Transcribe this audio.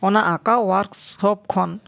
ᱚᱱᱟ ᱟᱸᱠᱟᱣ ᱳᱨᱟᱠᱥᱚᱯ ᱠᱷᱚᱱ